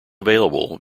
available